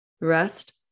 rest